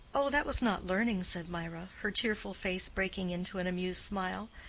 oh, that was not learning, said mirah, her tearful face breaking into an amused smile.